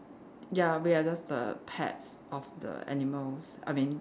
ya we are just the pets of the animals I mean